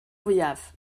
fwyaf